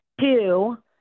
Two